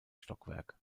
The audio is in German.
stockwerk